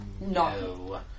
No